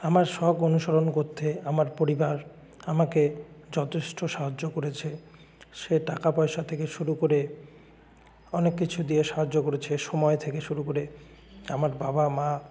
আমার শখ অনুসরণ কোত্তে আমার পরিবার আমাকে যথেষ্ট সাহায্য করেছে সে টাকা পয়সা থেকে শুরু করে অনেক কিছু দিয়ে সাহায্য করেছে সময় থেকে শুরু করে আমার বাবা মা